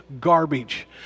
garbage